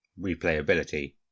replayability